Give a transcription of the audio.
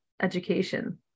education